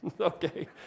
Okay